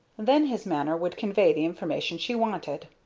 then his manner would convey the information she wanted.